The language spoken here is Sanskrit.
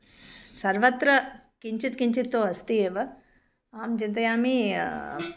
सर्वत्र किञ्चित् किञ्चित् तु अस्ति एव अहं चिन्तयामि